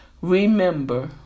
remember